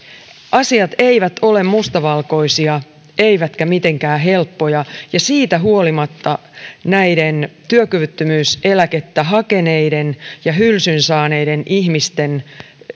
asiat eivät ole mustavalkoisia eivätkä mitenkään helppoja ja siitä huolimatta näiden työkyvyttömyyseläkettä hakeneiden ja hylsyn saaneiden ihmisten